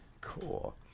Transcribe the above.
cool